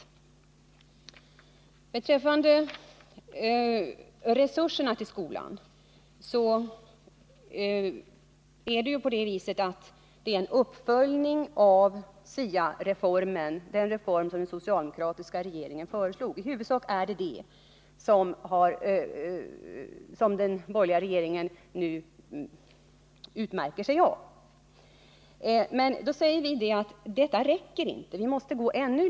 Vad beträffar resursökningarna till grundskolan är det i huvudsak en uppföljning av SIA-reformen — den reform som den socialdemokratiska regeringen föreslog — som utmärker de borgerliga regeringarnas förslag. Men för socialdemokratin är detta inte tillräckligt. Vi vill nu gå vidare.